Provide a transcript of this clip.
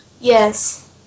Yes